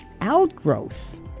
outgrowth